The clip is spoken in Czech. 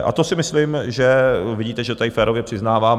A to si myslím, že vidíte, že tady férově přiznávám.